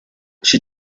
she